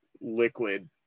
liquid